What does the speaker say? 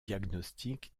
diagnostic